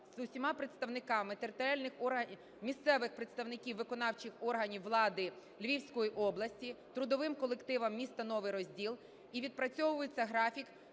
органів… місцевих представників виконавчих органів влади Львівської області, трудовим колективом міста Новий Розділ і відпрацьовується графік